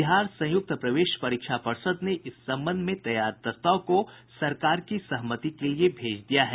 बिहार संयुक्त प्रवेश परीक्षा पर्षद ने इस संबंध में तैयार प्रस्ताव को सरकार की सहमति के लिए भेज दिया है